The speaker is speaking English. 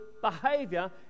behavior